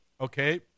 okay